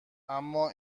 اما